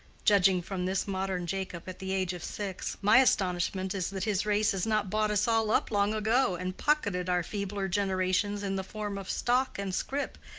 judging from this modern jacob at the age of six, my astonishment is that his race has not bought us all up long ago, and pocketed our feebler generations in the form of stock and scrip,